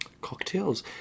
cocktails